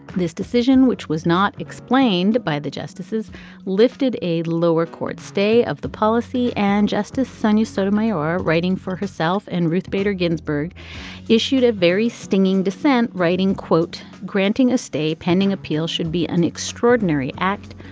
this decision which was not explained by the justices lifted a lower court's stay of the policy and justice sonia sotomayor writing for herself and ruth bader ginsburg issued a very stinging dissent writing quote granting a stay pending appeal should be an extraordinary act.